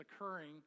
occurring